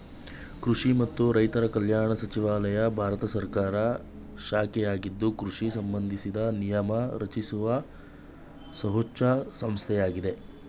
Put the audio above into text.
ಕೃಷಿ ಮತ್ತು ರೈತರ ಕಲ್ಯಾಣ ಸಚಿವಾಲಯ ಭಾರತ ಸರ್ಕಾರದ ಶಾಖೆಯಾಗಿದ್ದು ಕೃಷಿ ಸಂಬಂಧಿಸಿದ ನಿಯಮ ರಚಿಸುವ ಸರ್ವೋಚ್ಛ ಸಂಸ್ಥೆಯಾಗಿದೆ